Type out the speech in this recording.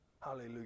Hallelujah